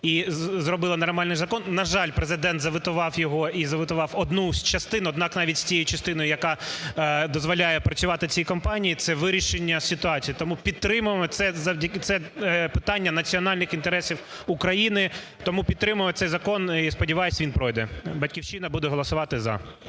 і зробили нормальний закон. На жаль, Президент заветував його і його заветутвав одну з частин. Однак, навіть з цією частиною, яка дозволяє працювати цій компанії, це вирішення ситуації. Тому підтримуємо, це питання національних інтересів України, тому підтримуємо цей закон, і сподіваюсь, він пройде. "Батьківщина" буде голосувати "за".